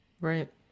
Right